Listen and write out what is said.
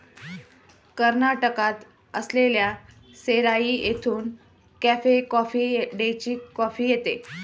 कर्नाटकात असलेल्या सेराई येथून कॅफे कॉफी डेची कॉफी येते